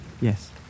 Yes